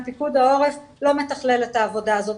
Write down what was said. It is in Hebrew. לא מתכלל את העבודה הזאת,